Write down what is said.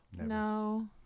No